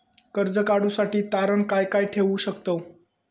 कर्ज काढूसाठी तारण काय काय ठेवू शकतव?